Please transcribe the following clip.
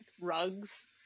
rugs